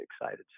excited